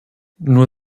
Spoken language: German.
nur